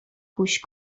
گوش